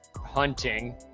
hunting